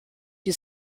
die